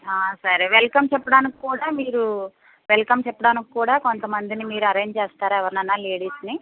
సరే వెల్కమ్ చెప్పడానికి కూడా మీరు వెల్కమ్ చెప్పడానికి కూడా కొంతమందిని మీరు అరేంజ్ చేస్తారా ఎవరినన్నా లేడీస్ని